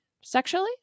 sexually